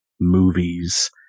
movies